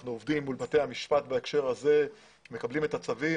בהקשר הזה אנחנו עובדים מול בתי המשפט ומקבלים את הצווים.